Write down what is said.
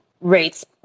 rates